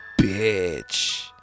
bitch